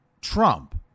Trump